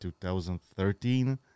2013